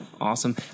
Awesome